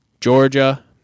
Georgia